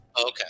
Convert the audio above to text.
okay